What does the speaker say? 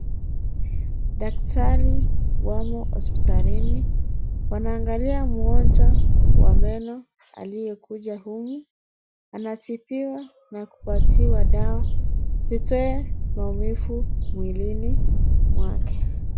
Daktari wamo hospitalini. Wanaangalia mgonjwa wa meno aliyekuja humu. Anatibiwa na kupatiwa dawa zitoe maumivu mwilini mwake.